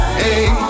hey